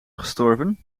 gestorven